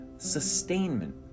sustainment